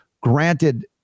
granted